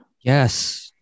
yes